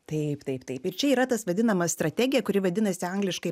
taip taip taip ir čia yra tas vadinama strategija kuri vadinasi angliškai